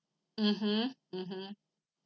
mmhmm mmhmm